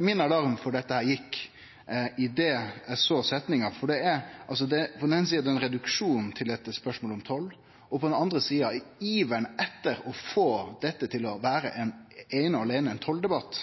Min alarm for dette gjekk idet eg såg setninga til Svein Roald Hansen. For på den eine sida er det ein reduksjon til eit spørsmål om toll, og på den andre sida, i iveren etter å få dette til eine og aleine å vere ein tolldebatt,